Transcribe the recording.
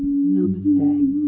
Namaste